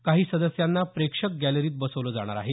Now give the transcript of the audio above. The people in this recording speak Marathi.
काही सदस्यांना प्रेक्षक गॅलरीत बसवलं जाणार आहे